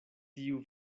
tiu